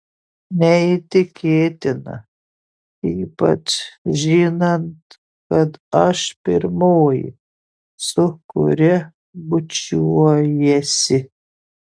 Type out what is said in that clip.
neįtikėtina ypač žinant kad aš pirmoji su kuria bučiuojiesi